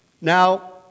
Now